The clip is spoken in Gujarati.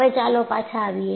હવે ચાલો પાછા આવીએ